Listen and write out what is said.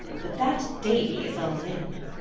but that davy is a limb.